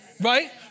right